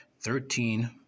Thirteen